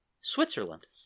Switzerland